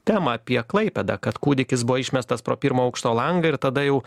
temą apie klaipėdą kad kūdikis buvo išmestas pro pirmo aukšto langą ir tada jau